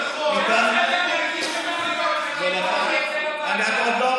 מילה טובה.